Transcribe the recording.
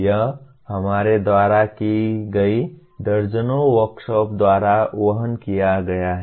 यह हमारे द्वारा की गई दर्जनों वर्कशॉप्स द्वारा वहन किया गया है